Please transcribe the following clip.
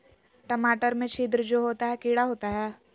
टमाटर में छिद्र जो होता है किडा होता है?